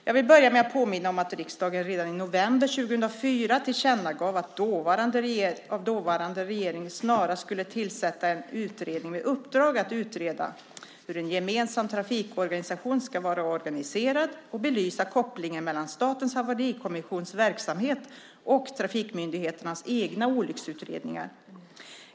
Jag vill börja med att påminna om att riksdagen redan i november 2004 tillkännagav att dåvarande regeringen snarast skulle tillsätta en utredning med uppdrag att utreda hur en gemensam trafikorganisation ska vara organiserad och belysa kopplingen mellan Statens haverikommissions verksamhet och trafikmyndigheternas egna olycksutredningar.